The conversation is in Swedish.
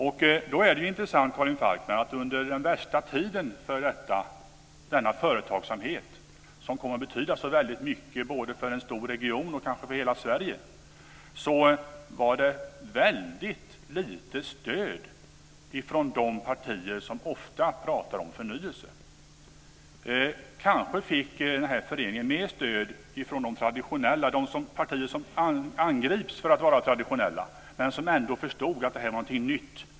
Men då är det intressant att konstatera att under den värsta tiden för denna företagsamhet, som kommit att betyda så mycket för en stor region och kanske för hela Sverige, var det ett väldigt litet stöd från de partier som ofta pratar om förnyelse. Kanske fick den här föreningen mer stöd från de partier som angrips för att vara traditionella men som förstod att det här var någonting nytt.